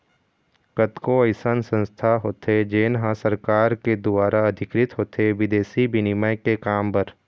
कतको अइसन संस्था होथे जेन ह सरकार के दुवार अधिकृत होथे बिदेसी बिनिमय के काम बर